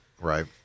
Right